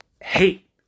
hate